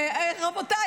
רבותיי,